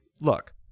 Look